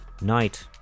Night